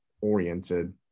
oriented